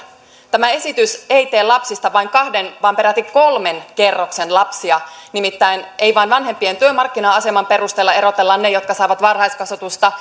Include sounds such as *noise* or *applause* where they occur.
tämä esitys ei tee lapsista vain kahden vaan peräti kolmen kerroksen lapsia nimittäin ei vain vanhempien työmarkkina aseman perusteella erotella niitä jotka saavat varhaiskasvatusta *unintelligible*